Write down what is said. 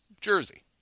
jersey